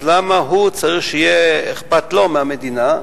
אז למה הוא צריך שיהיה אכפת לו מהמדינה,